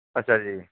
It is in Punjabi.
ਅੱਛਾ ਜੀ